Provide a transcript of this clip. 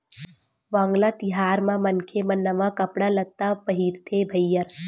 वांगला तिहार म मनखे मन नवा कपड़ा लत्ता पहिरथे भईर